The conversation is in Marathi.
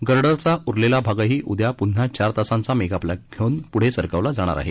गर्डरचा उरलेला भागही उद्या प्न्हा चार तासाचा मेगा ब्लॉक घेऊन प्ढे सरकवला जाणार आहे